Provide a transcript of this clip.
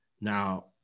Now